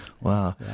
Wow